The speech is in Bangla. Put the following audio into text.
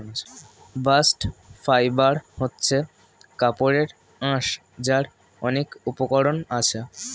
বাস্ট ফাইবার হচ্ছে কাপড়ের আঁশ যার অনেক উপকরণ আছে